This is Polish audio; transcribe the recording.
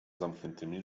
zamkniętymi